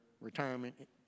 retirement